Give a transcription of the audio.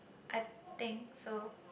I think so